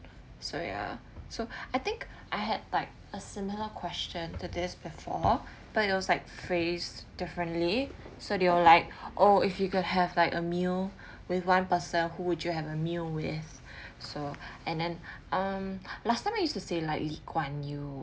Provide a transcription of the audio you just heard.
so ya so I think I had like a similar question to this before but those like phrased differently so they were like oh if you could have like a meal with one person who would you have a meal with so and then um last time I used to say like lee kuan yew